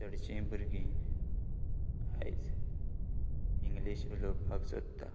चडशीं भुरगीं आयज इंग्लीश उलोवपाक सोदतात